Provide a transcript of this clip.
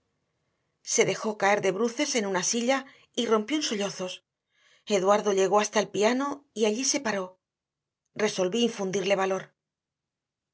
se dejó caer de bruces en una silla y rompió en sollozos eduardo llegó hasta el patio y allí se paró resolví infundirle valor